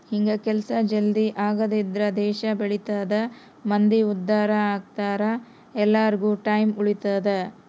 ಹಿಂಗ ಕೆಲ್ಸ ಜಲ್ದೀ ಆಗದ್ರಿಂದ ದೇಶ ಬೆಳಿತದ ಮಂದಿ ಉದ್ದಾರ ಅಗ್ತರ ಎಲ್ಲಾರ್ಗು ಟೈಮ್ ಉಳಿತದ